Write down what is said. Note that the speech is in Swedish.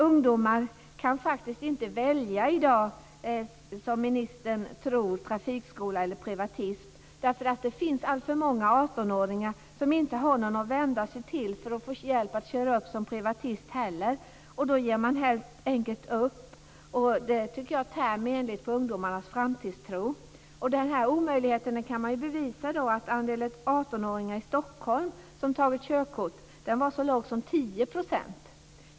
Ungdomar kan faktiskt inte välja i dag, som ministern tror, trafikskola eller privatist därför att det finns alltför många 18-åringar som inte har någon att vända sig till för att hjälp att köra upp som privatist heller. Då ger man helt enkelt upp. Det tycker jag tär på ungdomarnas framtidstro. Den här omöjligheten kan man bevisa med att andelen 18-åringar i Stockholm som tagit körkort var så låg som 10 %.